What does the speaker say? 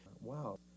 Wow